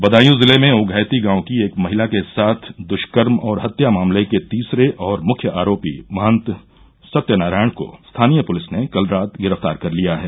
बदायूं जिले में उप्रैती गाँव की एक महिला के साथ द्ष्कर्म और हत्या मामले के तीसरे और मुख्य आरोपी महत सत्यनारायण को स्थानीय पुलिस ने कल रात गिरफ्तार कर लिया है